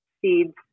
seeds